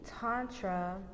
Tantra